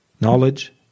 knowledge